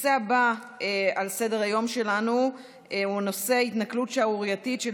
הנושא הבא על סדר-היום שלנו הוא התנכלות שערורייתית של